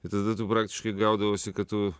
ir tada tu praktiškai gaudavosi kad tu